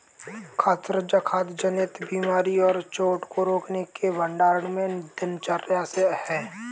खाद्य सुरक्षा खाद्य जनित बीमारी और चोट को रोकने के भंडारण में दिनचर्या से है